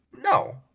No